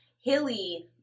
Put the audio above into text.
hilly